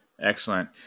Excellent